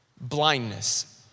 blindness